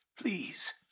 please